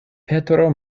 petro